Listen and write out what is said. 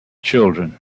children